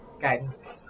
Guidance